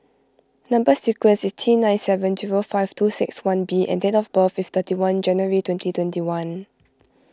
Number Sequence is T nine seven zero five two six one B and date of birth is thirty one January twenty twenty one